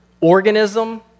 organism